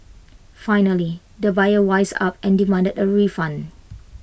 finally the buyer wised up and demanded A refund